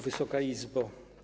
Wysoka Izbo!